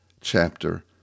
chapter